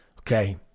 Okay